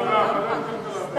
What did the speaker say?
והביטחון.